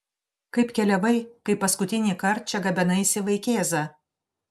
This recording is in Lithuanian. kaip keliavai kai paskutinįkart čia gabenaisi vaikėzą